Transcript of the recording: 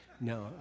No